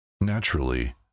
Naturally